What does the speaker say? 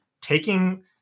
taking